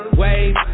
wave